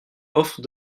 offrent